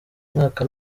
mwaka